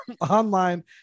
online